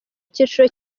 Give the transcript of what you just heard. cyiciro